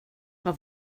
vad